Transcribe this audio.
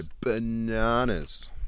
bananas